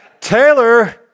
Taylor